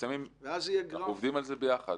אנחנו עובדים על זה ביחד.